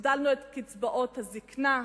הגדלנו את קצבאות הזיקנה.